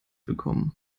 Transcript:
bekommen